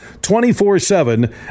24-7